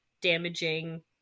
damaging